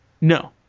No